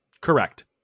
Correct